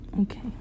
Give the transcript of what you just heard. Okay